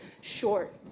short